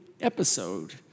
episode